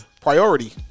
priority